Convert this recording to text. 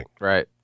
Right